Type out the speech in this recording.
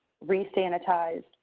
re-sanitized